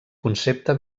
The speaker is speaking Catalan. concepte